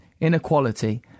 inequality